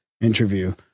interview